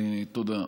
תודה.